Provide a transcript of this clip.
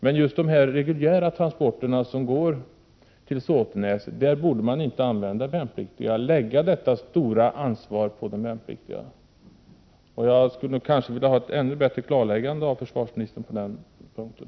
Men just vid de reguljära transporterna till Såtenäs borde inte de värnpliktiga användas och åläggas detta. Jag skulle vilja ha ett ännu bättre klarläggande av försvarsministern på den punkten.